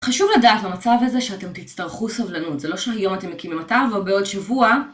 חשוב לדעת במצב הזה שאתם תצטרכו סבלנות. זה לא שהיום אתם מקימים אתר ובעוד שבוע.